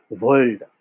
world